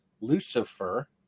Lucifer